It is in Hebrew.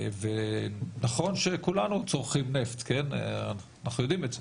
נכון שכולנו צורכים נפט, אנחנו יודעים את זה.